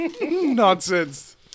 Nonsense